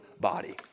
body